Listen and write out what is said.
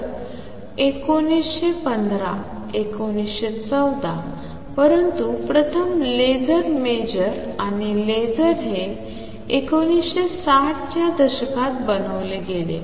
तर 1915 1914 परंतु प्रथम लेसर मेजर आणि लेझर हे 1960 च्या दशकात बनवले गेले